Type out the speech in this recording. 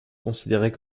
considérées